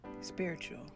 Spiritual